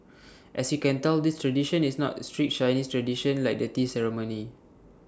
as you can tell this tradition is not A strict Chinese tradition like the tea ceremony